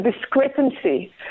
Discrepancy